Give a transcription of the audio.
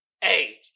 Hey